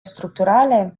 structurale